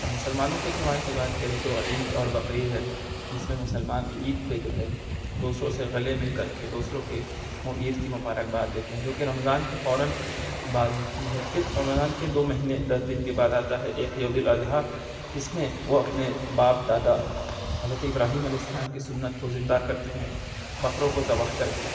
اور مسلمانوں کے تہوار کی بات کریں تو عید اور بقر عید ہے جس میں مسلمان عید پہ جو ہے دوسروں سے گلے مل کر کے دوسروں کے عید کی مبارکباد دیتے ہیں جوکہ رمضان کے فوراً بعد ہوتی ہے پھر رمضان کے دو پہینے دس دن کے بعد آتا ہے ایک عید الاضحیٰ جس میں وہ اپنے باپ دادا حضرت ابراہیم علیہ السلام کی سنت کو زندہ کرتے ہیں بکروں کو ذبح کر کے